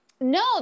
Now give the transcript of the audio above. No